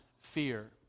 fear